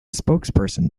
spokesperson